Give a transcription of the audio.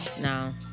No